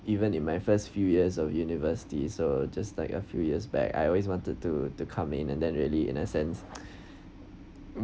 even in my first few years of university so just like a few years back I always wanted to to come in and then really in a sense